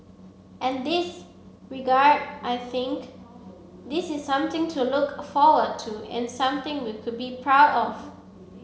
and this regard I think this is something to look forward to and something we could be proud of